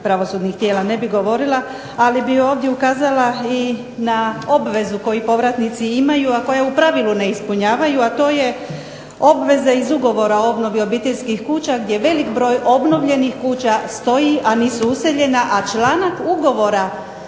pravosudnih tijela ne bih govorila. Ali bih ovdje ukazala i na obvezu koju povratnici imaju, a koja u pravilu ne ispunjavaju, a to je obveza iz ugovora o obnovi obiteljskih kuća, gdje velik broj obnovljenih kuća stoji, a nisu useljena, a članak ugovora